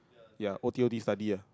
ya o_t_o_t study ah